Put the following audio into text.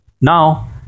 Now